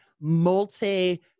multi